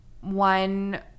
one